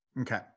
Okay